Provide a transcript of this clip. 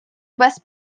без